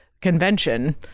convention